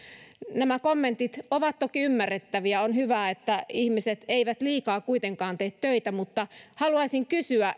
nämä kommentit ovat toki ymmärrettäviä on hyvä että ihmiset eivät liikaa kuitenkaan tee töitä mutta haluaisin kysyä